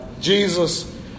Jesus